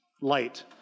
light